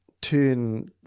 turn